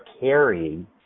carrying